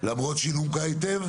למרות שהיא נומק היטב?